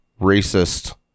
racist